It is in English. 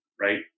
right